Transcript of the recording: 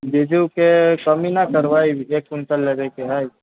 बीजुके कमी न करबै एक क्विंटल लेबयके है